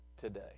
today